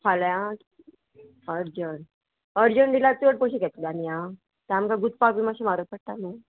फाल्यां urgent urgent दिल्यार चड पयशे घेतला न्ही आ तें आमकां गुंतपाक बी मातशें म्हारग पडटा न्हू